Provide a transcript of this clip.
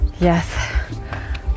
yes